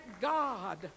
God